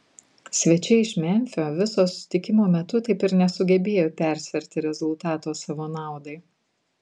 svečiai iš memfio viso susitikimo metu taip ir nesugebėjo persverti rezultato savo naudai